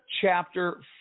chapter